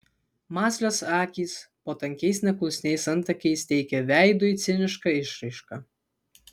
mąslios akys po tankiais neklusniais antakiais teikė veidui cinišką išraišką